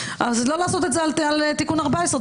אז לא לעשות את זה על תיקון 14,